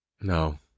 No